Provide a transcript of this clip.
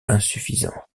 insuffisante